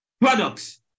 products